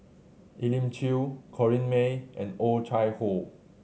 Elim Chew Corrinne May and Oh Chai Hoo